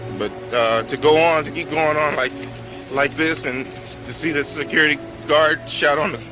but to go on, to keep going on like, like this, and to see the security guard shot on,